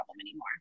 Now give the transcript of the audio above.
anymore